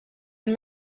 and